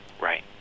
Right